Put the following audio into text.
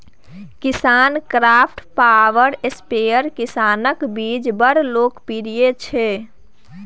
KisanKraft power sprayer किसानक बीच बड़ लोकप्रिय छै